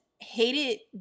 hated